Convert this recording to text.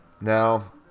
Now